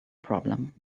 problem